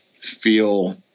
feel